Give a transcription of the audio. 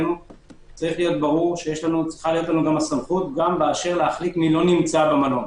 צריך להיות ברור שצריכה להיות לנו הסמכות להחליט מי לא נמצא במלון.